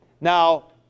Now